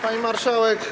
Pani Marszałek!